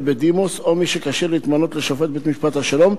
בדימוס או מי שכשיר להתמנות לשופט בית-משפט השלום,